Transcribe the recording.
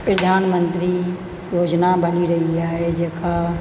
प्रधान मंत्री योजना बणी रही आहे जेका